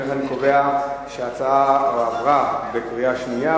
לכן, אני קובע שההצעה עברה בקריאה שנייה.